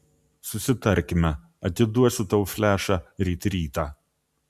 susitarkime atiduosiu tau flešą ryt rytą